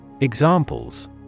Examples